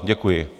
Děkuji.